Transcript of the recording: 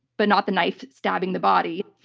but not the knife stabbing the body.